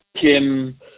Kim –